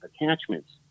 attachments